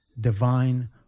divine